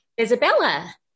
Isabella